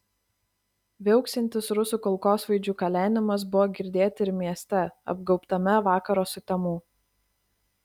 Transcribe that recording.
viauksintis rusų kulkosvaidžių kalenimas buvo girdėti ir mieste apgaubtame vakaro sutemų